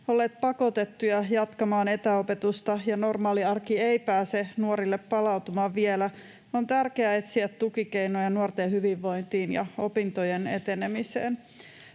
olleet pakotettuja jatkamaan etäopetusta ja normaali arki ei pääse nuorille palautumaan vielä, on tärkeää etsiä tukikeinoja nuorten hyvinvointiin ja opintojen etenemiseen.